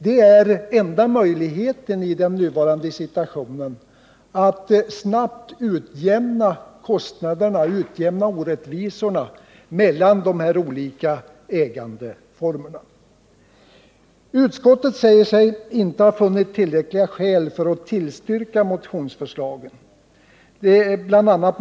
Det är enda möjligheten i den nuvarande situationen att snabbt utjämna kostnaderna och orättvisorna mellan de här olika ägandeformerna. Utskottet säger sig inte ha funnit tillräckliga skäl för att tillstyrka motionsförslagen, detta ”bl.a.